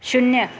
शून्य